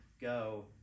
go